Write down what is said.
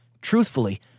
truthfully